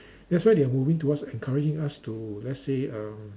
that's why they are moving towards encouraging us to let's say uh